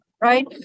right